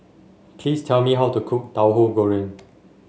please tell me how to cook Tauhu Goreng